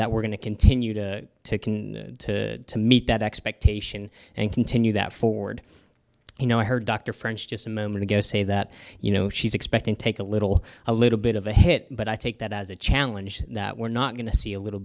that we're going to continue to to to to meet that expectation and continue that forward you know i heard dr french just a moment ago say that you know she's expecting take a little a little bit of a hit but i take that as a challenge that we're not going to see a little